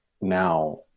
now